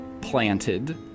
planted